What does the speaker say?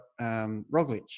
Roglic